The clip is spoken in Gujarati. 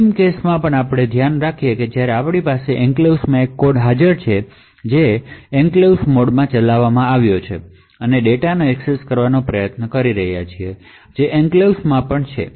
અંતિમ કેસ પર પણ ધ્યાન આપો જ્યાં આપણી પાસે એન્ક્લેવ્સ માં એક કોડ હાજર છે કે જે તમે એન્ક્લેવ્સ મોડમાં ચલાવી રહ્યા છો અને તમે ડેટાને એક્સેસ કરવાનો પ્રયાસ કરી રહ્યાં છો જે એન્ક્લેવ્સ માં છે